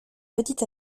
petit